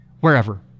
wherever